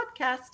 podcast